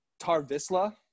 Tarvisla